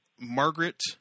Margaret